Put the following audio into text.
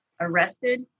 arrested